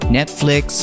Netflix